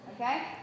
Okay